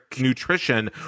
nutrition